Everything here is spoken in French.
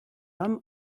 homme